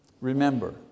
remember